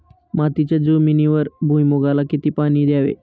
मातीच्या जमिनीवर भुईमूगाला किती पाणी द्यावे?